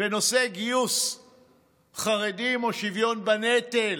ונושא גיוס חרדים או שוויון בנטל